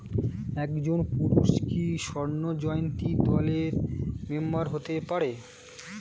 একজন পুরুষ কি স্বর্ণ জয়ন্তী দলের মেম্বার হতে পারে?